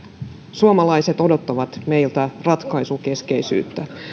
suomalaiset odottavat meiltä ratkaisukeskeisyyttä